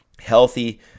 Healthy